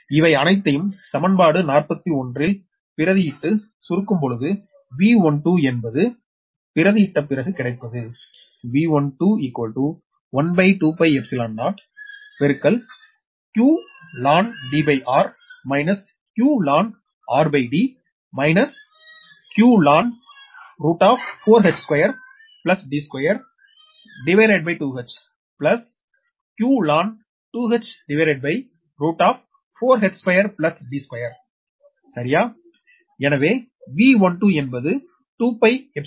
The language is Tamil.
இவை அனைத்தையும் சமன்பாடு 41இல் பிரதியிட்டு சுருக்கும் பொழுது V12 என்பது பிரதியிட்ட பிறகு கிடைப்பது எனவே V12 என்பது 2𝜋𝜋𝜖0